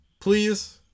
Please